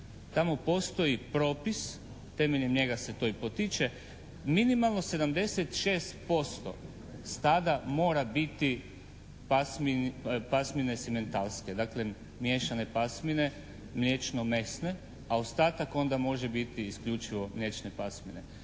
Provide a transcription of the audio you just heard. Tamo postoji propis, temeljem njega se to i potiče. Minimalno 76% stada mora biti pasmine simentalske dakle miješane pasmine, mliječno mesne a ostatak onda može biti isključivo mliječne pasmine.